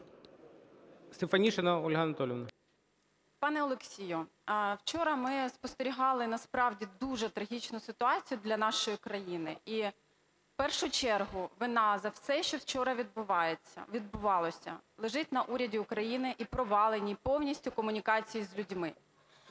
СТЕФАНИШИНА О.А. Пане Олексію, вчора ми спостерігали насправді дуже трагічну ситуацію для нашої країни, і в першу чергу, вина за все, що вчора відбувалося, лежить на уряді України, і провалені повністю комунікації з людьми.